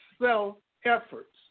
self-efforts